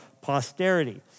posterity